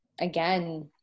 again